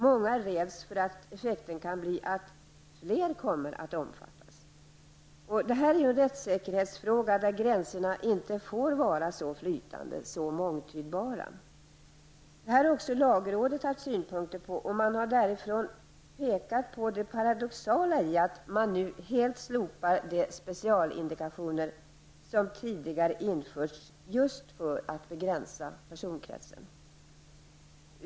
Många räds för att effekten kan bli att fler kommer att omfattas. Det här är ju en rättssäkerhetsfråga, där gränserna inte får vara så flytande, så mångtydbara. Även lagrådet har haft synpunkter på detta, och man har pekat på det paradoxala i att de specialindikationer som tidigare införts just för att begränsa personkretsen nu helt slopas.